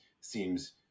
seems